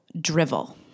drivel